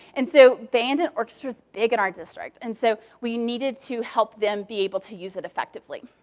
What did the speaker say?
and so band and orchestra is big in our district. and so we needed to help them be able to use it effectively.